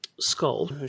skull